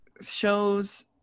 shows